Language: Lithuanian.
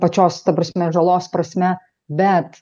pačios ta prasme žalos prasme bet